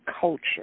culture